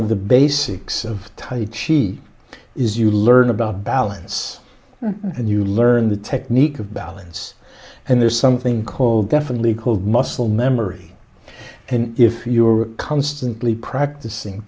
of the basics of tight she is you learn about balance and you learn the technique of balance and there's something called definitely called muscle memory and if you are constantly practicing